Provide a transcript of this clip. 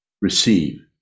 receive